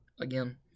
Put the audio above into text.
again